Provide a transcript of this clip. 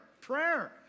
prayer